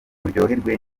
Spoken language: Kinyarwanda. muryoherwe